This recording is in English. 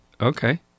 Okay